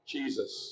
Jesus